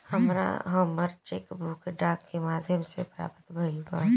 हमरा हमर cheque book डाक के माध्यम से प्राप्त भईल बा